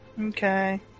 Okay